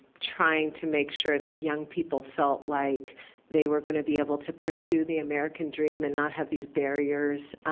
trying to make sure that young people felt like they were going to be able to pursue the american dream and not have these barriers